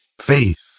faith